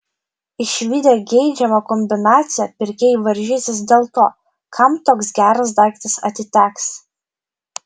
išvydę geidžiamą kombinaciją pirkėjai varžysis dėl to kam toks geras daiktas atiteks